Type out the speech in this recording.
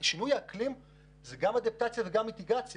שינוי אקלים זה גם אדפטציה וגם אינטגרציה.